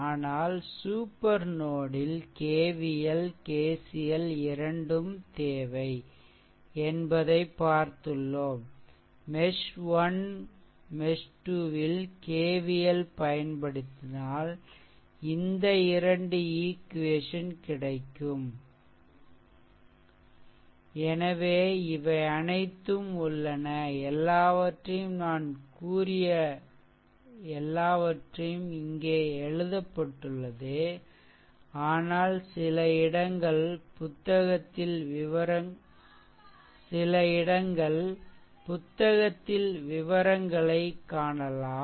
ஆனால் super node ல் KCL KVL இரண்டும் தேவை என்பதைப் பார்த்துள்ளோம்மெஷ் 1 மெஷ்2 ல் KVL பயன்ப்படுத்தினால் இந்த 2 ஈக்வேசன் கிடைக்கும் எனவே இவை அனைத்தும் உள்ளன எல்லாவற்றையும் நான் கூறியவற்றை இங்கே எழுதப்பட்டுள்ளது ஆனால் சில இடங்கள் புத்தகத்தில் விவரங்களைக் காணலாம்